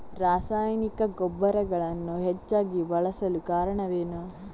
ರಾಸಾಯನಿಕ ಗೊಬ್ಬರಗಳನ್ನು ಹೆಚ್ಚಾಗಿ ಬಳಸಲು ಕಾರಣವೇನು?